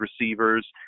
receivers